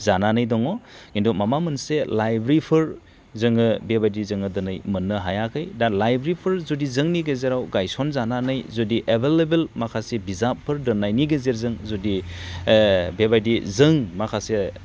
जानानै दङ खिन्थु माबा मोनसे लाइब्रिफोर जोङो बेबादि जोङो दिनै मोननो हायाखै दा लाइब्रिफोर जुदि जोंनि गेजेराव गायसनजानानै जुदि एभेलेबेल माखासे बिजाबफोर दोननायनि गेजेरजों जुदि बेबादि जों माखासे